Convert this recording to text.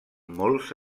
molts